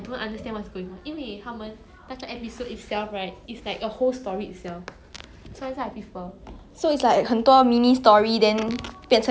so it's like 很多 mini story then 变成一个 series lah but 我觉得有些这样 lor 他们一直一直拖拖拖拖拖 like they keep dragging the series you know